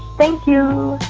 thank you